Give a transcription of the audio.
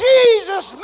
Jesus